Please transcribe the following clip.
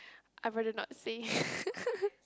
I rather not say